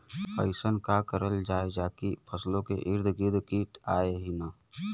अइसन का करल जाकि फसलों के ईद गिर्द कीट आएं ही न?